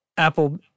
Apple